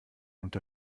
unter